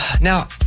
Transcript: Now